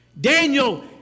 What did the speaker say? Daniel